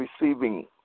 receiving